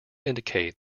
indicate